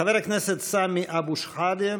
חבר הכנסת סמי אבו שחאדה.